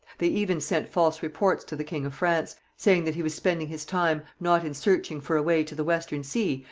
they even sent false reports to the king of france, saying that he was spending his time, not in searching for a way to the western sea,